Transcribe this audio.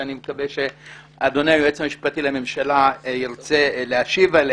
ואני מקווה שאדוני היועץ המשפטי לממשלה ירצה להשיב.